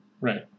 Right